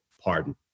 pardon